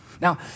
Now